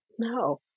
No